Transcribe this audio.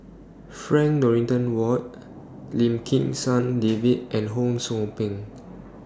Frank Dorrington Ward Lim Kim San David and Ho SOU Ping